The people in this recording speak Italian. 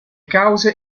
cause